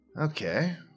Okay